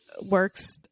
works